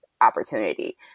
opportunity